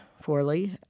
Forley